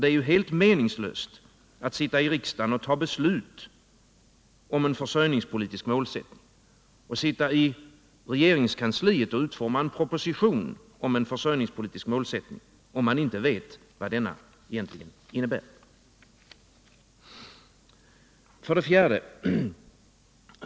Det är ju meningslöst att fatta beslut om en försörjningspolitisk målsättning och sitta i regeringskansliet och utforma en proposition om en försörjningspolitisk målsättning om man inte vet vad den egentligen innebär.